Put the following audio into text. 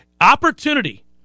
opportunity